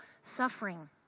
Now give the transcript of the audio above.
suffering